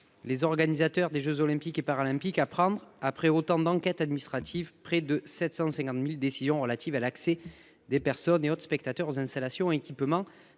les organisateurs des Jeux olympiques et paralympiques prendre après autant d'enquêtes administratives. Près de 750.000 décisions relatives à l'accès des personnes et autres spectateurs aux installations équipements